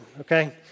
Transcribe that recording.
okay